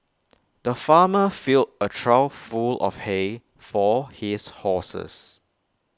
the farmer filled A trough full of hay for his horses